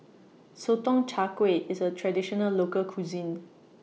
Sotong Char Kway IS A Traditional Local Cuisine